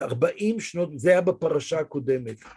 ארבעים שנות, זה היה בפרשה הקודמת.